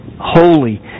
holy